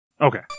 Okay